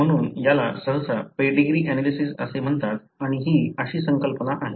म्हणून याला सहसा पेडीग्री एनालिसिस असे म्हणतात आणि ही अशी संकल्पना आहे